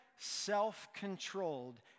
Self-controlled